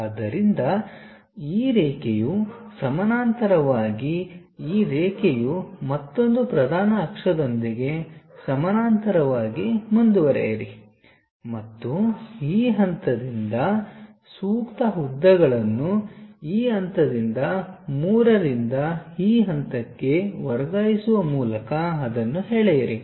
ಆದ್ದರಿಂದ ಈ ರೇಖೆಯು ಸಮಾನಾಂತರವಾಗಿ ಈ ರೇಖೆಯು ಮತ್ತೊಂದು ಪ್ರಧಾನ ಅಕ್ಷದೊಂದಿಗೆ ಸಮಾನಾಂತರವಾಗಿ ಮುಂದುವರಿಯಿರಿ ಮತ್ತು ಈ ಹಂತದಿಂದ ಸೂಕ್ತಉದ್ದಗಳನ್ನು ಈ ಹಂತದಿಂದ 3 ರಿಂದ ಈ ಹಂತಕ್ಕೆ ವರ್ಗಾಯಿಸುವ ಮೂಲಕ ಅದನ್ನು ಎಳೆಯಿರಿ